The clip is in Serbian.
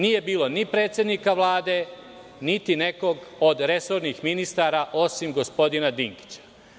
Nije bilo ni predsednika Vlade, niti nekog od resornih ministara, osim gospodina Dinkića.